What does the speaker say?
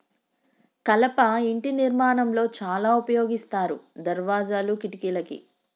కలప ఇంటి నిర్మాణం లో చాల ఉపయోగిస్తారు దర్వాజాలు, కిటికలకి